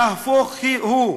נהפוך הוא,